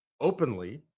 openly